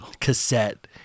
cassette